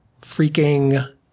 freaking